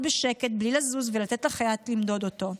בשקט בלי לזוז ולתת לחייט למדוד אותו.